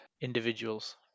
individuals